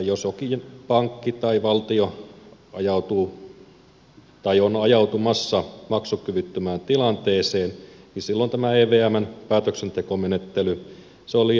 jos jokin pankki tai valtio ajautuu tai on ajautumassa maksukyvyttömään tilanteeseen niin silloin tämä evmn päätöksentekomenettely on liian hidasta ja kankeaa